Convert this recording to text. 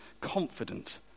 confident